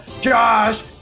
Josh